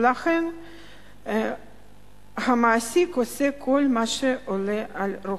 ולכן המעסיק עושה כל מה שעולה על רוחו.